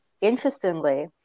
interestingly